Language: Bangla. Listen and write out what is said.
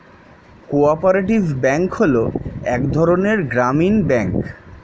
কো অপারেটিভ ব্যাঙ্ক হলো এক ধরনের গ্রামীণ ব্যাঙ্ক